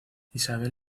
isabel